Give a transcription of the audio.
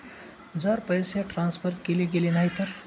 जर पैसे ट्रान्सफर केले गेले नाही तर?